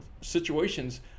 situations